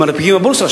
שמנפיקים בבורסה,